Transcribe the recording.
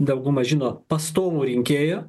dauguma žino pastovų rinkėjų